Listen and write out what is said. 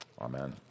Amen